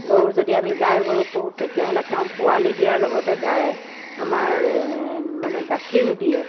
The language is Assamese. গৰু যদি আমি গাই গৰু পুহোঁ তেতিয়াহ'লে তেওঁ পোৱালি দিয়াৰ লগতে গাই আমাৰ মানে গাখীৰো দিয়ে